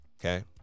Okay